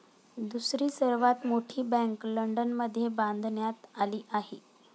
दुसरी सर्वात मोठी बँक लंडनमध्ये बांधण्यात आली आहे